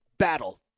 battle